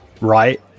right